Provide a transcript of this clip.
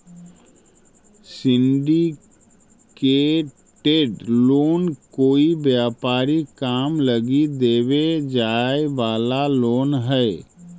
syndicated loan कोई व्यापारिक काम लगी देवे जाए वाला लोन हई